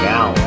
Now